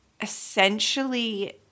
essentially